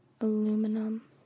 aluminum